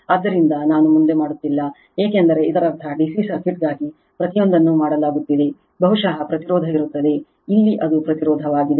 ಆದ್ದರಿಂದ ನಾನು ಮುಂದೆ ಮಾಡುತ್ತಿಲ್ಲ ಏಕೆಂದರೆ ಇದರರ್ಥ ಡಿಸಿ ಸರ್ಕ್ಯೂಟ್ಗಾಗಿ ಪ್ರತಿಯೊಂದನ್ನು ಮಾಡಲಾಗುತ್ತಿದೆ ಬಹುಶಃ ಪ್ರತಿರೋಧ ಇರುತ್ತದೆ ಇಲ್ಲಿ ಅದು ಪ್ರತಿರೋಧವಾಗಿದೆ